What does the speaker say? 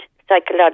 psychological